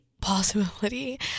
possibility